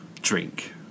drink